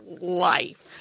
life